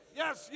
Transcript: yes